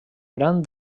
gran